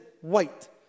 White